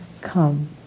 come